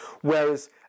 whereas